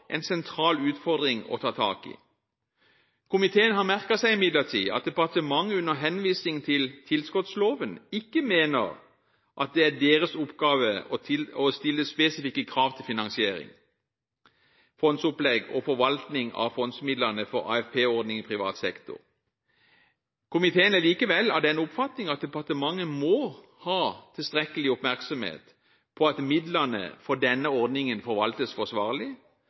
en sentral utfordring å ta tak i. Komiteen har imidlertid merket seg at departementet – under henvisning til AFP-tilskottsloven – ikke mener at det er deres oppgave å stille spesifikke krav til finansiering, fondsopplegg og forvaltning av fondsmidlene for AFP-ordningen i privat sektor. Komiteen er likevel av den oppfatning at departementet må rette tilstrekkelig oppmerksomhet mot at midlene for denne ordningen forvaltes forsvarlig,